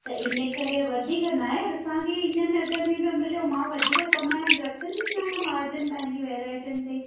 त इन्हीअ करे वधीक न आहे असांखे हिन अघनि में मिलियो मां वधीक कमायन रखंदी न आहियां मार्जन पंहिंजी वैरायटियुनि ते